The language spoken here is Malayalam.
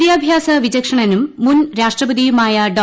വിദ്യാഭ്യാസ വിചക്ഷണനും മുൻ രാഷ്ട്രപതിയുമായ ഡോ